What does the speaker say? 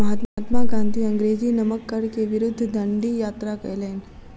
महात्मा गाँधी अंग्रेजी नमक कर के विरुद्ध डंडी यात्रा कयलैन